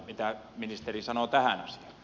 mitä ministeri sanoo tähän asiaan